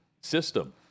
system